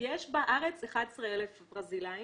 יש בארץ 11,000 ברזילאים.